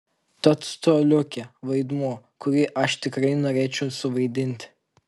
tad coliukė vaidmuo kurį aš tikrai norėčiau suvaidinti